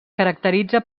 caracteritza